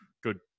good